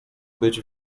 być